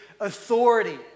authority